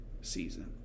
season